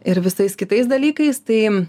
ir visais kitais dalykais tai